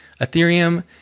Ethereum